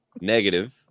negative